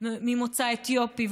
ממוצא אתיופי,